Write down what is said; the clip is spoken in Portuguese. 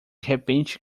repente